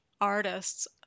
artists